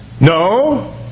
No